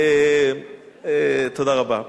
תודה רבה.